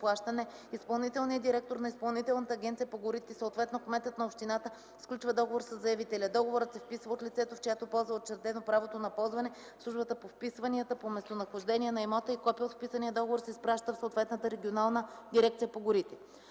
изпълнителният директор на Изпълнителната агенция по горите, съответно кметът на общината, сключва договор със заявителя. Договорът се вписва от лицето, в чиято полза е учредено правото на ползване в службата по вписванията по местонахождение на имота и копие от вписания договор се изпраща в съответната регионална дирекция по горите.